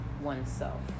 oneself